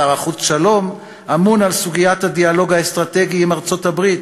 שר החוץ שלום אמון על סוגיית הדיאלוג האסטרטגי עם ארצות-הברית,